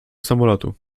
samolotu